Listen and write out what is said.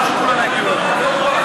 תמשיך לדבר עד שכולם יגיעו לכאן.